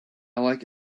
like